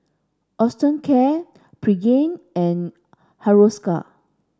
Osteocare Pregain and Hiruscar